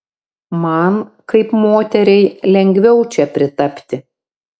man kaip moteriai lengviau čia pritapti